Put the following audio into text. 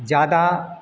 ज़्यादा